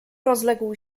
rozległ